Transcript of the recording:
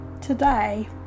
today